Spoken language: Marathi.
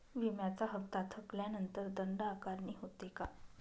विम्याचा हफ्ता थकल्यानंतर दंड आकारणी होते का?